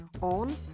on